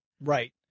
Right